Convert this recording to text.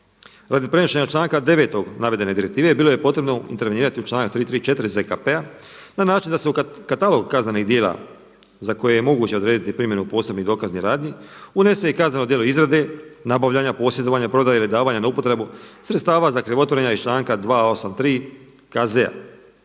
radi prenošenja članka 9. navedene direktive bilo je potrebno intervenirati u članak 334. ZKP-a na način da se u katalog kaznenih djela za koje je moguće odrediti primjenu posebnih dokaznih radnji unese i kazneno djelo izrade, nabavljanja, posjedovanja, prodaje ili davanja na upotrebu sredstava za krivotvorenja iz članka 283. KZ-a.